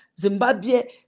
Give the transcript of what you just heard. Zimbabwe